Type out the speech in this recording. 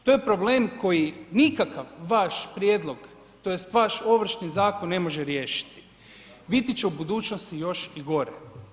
To je problem koji nikakav vaš prijedlog tj. vaš Ovršni zakon ne može riješiti, biti će u budućnosti još i gore.